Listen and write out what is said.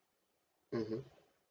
mmhmm